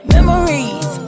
Memories